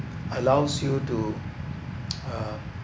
allows you to uh